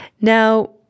Now